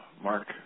Mark